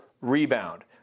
rebound